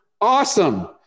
Awesome